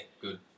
good